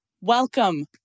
Welcome